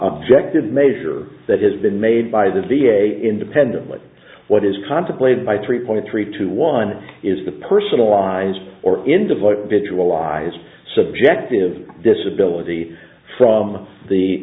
objective measure that has been made by the v a independently what is contemplated by three point three two one is the personalized or in devoted to allies subjective disability from the